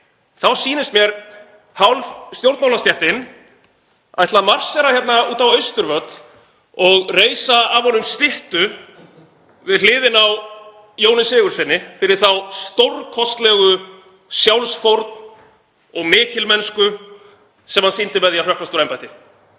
þá sýnist mér að hálf stjórnmálastéttin ætli að marsera hérna út á Austurvöll og reisa af honum styttu við hliðina á Jóni Sigurðssyni fyrir þá stórkostlegu sjálfsfórn og mikilmennsku sem hann sýndi með því að hrökklast úr embætti.